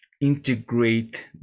integrate